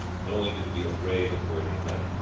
knowing you to be a brave and worthy knight.